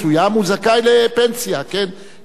לא 67. אם הוא התחיל בן 25,